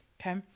Okay